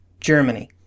Germany